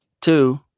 two